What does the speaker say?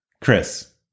chris